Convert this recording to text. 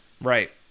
Right